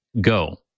Go